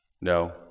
No